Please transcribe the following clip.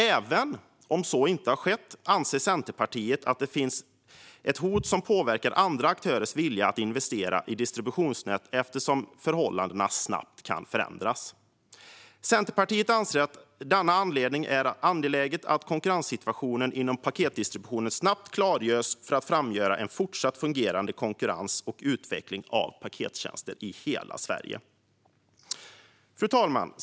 Även om så inte har skett anser Centerpartiet att det finns ett hot som påverkar andra aktörers vilja att investera i distributionsnät eftersom förhållandena snabbt kan förändras. Centerpartiet anser att det av denna anledning är angeläget att konkurrenssituationen inom paketdistributionen snabbt klargörs så att en fortsatt fungerande konkurrens och utveckling av pakettjänster främjas i hela Sverige. Fru talman!